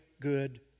good